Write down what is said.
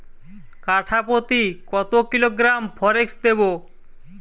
কাঠাপ্রতি কত কিলোগ্রাম ফরেক্স দেবো?